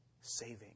saving